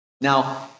Now